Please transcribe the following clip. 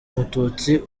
mututsi